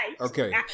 Okay